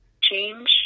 change